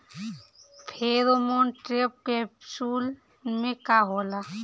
Pheromone trap capsule में का होला?